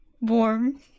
Warm